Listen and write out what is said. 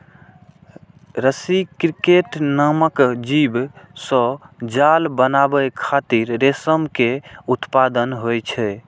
रसी क्रिकेट नामक जीव सं जाल बनाबै खातिर रेशम के उत्पादन होइ छै